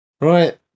right